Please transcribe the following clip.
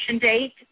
date